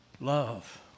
love